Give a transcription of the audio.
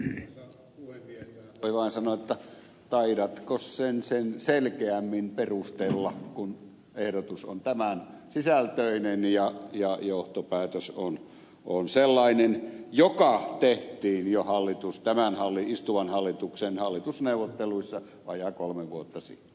tähän voi vain sanoa että taidatkos sen sen selkeämmin perustella kun ehdotus on tämän sisältöinen ja johtopäätös on sellainen joka tehtiin jo tämän istuvan hallituksen hallitusneuvotteluissa vajaat kolme vuotta sitten